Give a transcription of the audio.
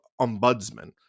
ombudsman